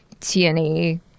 TNA